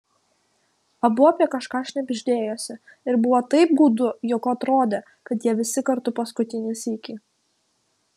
abu apie kažką šnibždėjosi ir buvo taip gūdu jog atrodė kad jie visi kartu paskutinį sykį